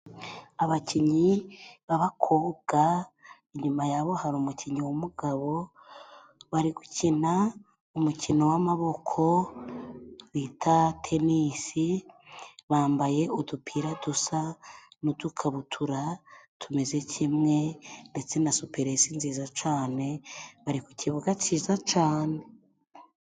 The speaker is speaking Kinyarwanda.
Abakinnyi b'abakobwa, inyuma yabo hari umukinnyi w'umugabo. Bari gukina umukino w'amaboko bita tenisi(tennis),bambaye udupira dusa n'udukabutura tumeze kimwe, ndetse na supurese nziza cane bari ku kibuga ciza cane!